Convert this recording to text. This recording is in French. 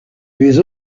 les